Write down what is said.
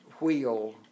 wheel